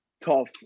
Tough